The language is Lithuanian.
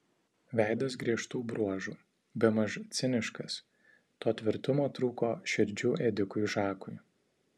veidas griežtų bruožų bemaž ciniškas to tvirtumo trūko širdžių ėdikui žakui